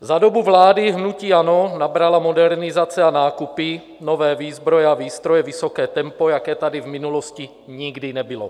Za dobu vlády hnutí ANO nabrala modernizace a nákupy nové výzbroje a výstroje vysoké tempo, jaké tady v minulosti nikdy nebylo.